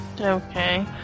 Okay